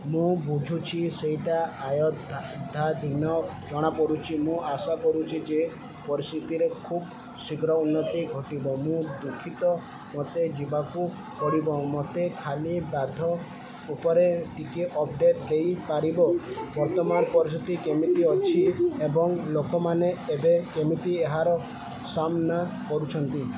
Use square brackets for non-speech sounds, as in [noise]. ମୁଁ ବୁଝୁଛି ସେଇଟା ଆୟତ୍ତାଧୀନ ଜଣାପଡ଼ୁଛି ମୁଁ ଆଶା କରୁଛି ଯେ ପରିସ୍ଥିତିରେ ଖୁବ୍ ଶୀଘ୍ର ଉନ୍ନତି ଘଟିବ ମୁଁ ଦୁଃଖିତ ମୋତେ ଯିବାକୁ ପଡ଼ିବ ମୋତେ ଖାଲି [unintelligible] ଉପରେ ଟିକେ ଅପ୍ଡ଼େଟ୍ ଦେଇପାରିବ ବର୍ତ୍ତମାନ ପରିସ୍ଥିତି କେମିତି ଅଛି ଏବଂ ଲୋକମାନେ ଏବେ କେମିତି ଏହାର ସାମ୍ନା କରୁଛନ୍ତି